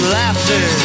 laughter